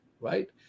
Right